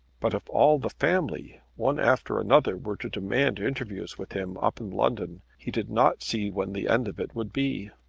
but if all the family, one after another, were to demand interviews with him up in london, he did not see when the end of it would be.